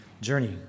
journey